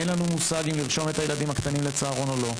אין לנו מושג אם לרשום את הילדים הקטנים לצהרון או לא.